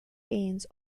beings